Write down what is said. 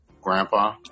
grandpa